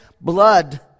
blood